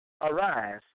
Arise